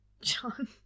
John